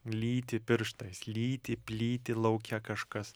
lytį pirštais lytį plyti lauke kažkas